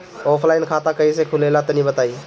Offline खाता कइसे खुलेला तनि बताईं?